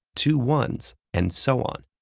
two ones, and so on.